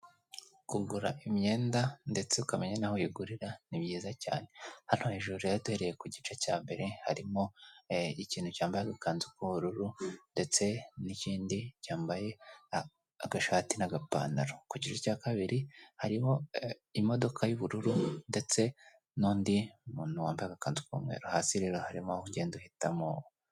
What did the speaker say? Kugura imyenda ndetse ukamenya n'aho uyigurira ni byiza cyane. Hano hejuru rero duhereye ku gice cya mbere ,harimo ikintu cyambaye agakanzu k'ubururu ndetse, n'ikindi cyambaye agashati n'agapantaro, ku gice cya kabiri hariho imodoka y'ubururu ndetse n'undi muntu wambaye agakanzu k'umweru, hasi rero harimo aho ugenda uhitamo,..